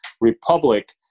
Republic